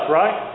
right